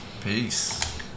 peace